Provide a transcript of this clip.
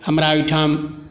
हमरा एहिठाम